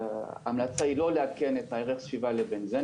ההמלצה היא לא לעדכן את ערך הסביבה לבנזן,